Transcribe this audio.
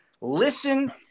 listen